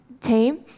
team